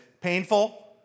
painful